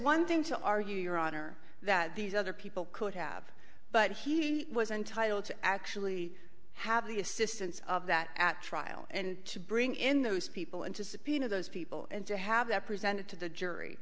one thing to argue your honor that these other people could have but he was entitled to actually have the assistance of that at trial and to bring in those people and to subpoena those people and to have that presented to the jury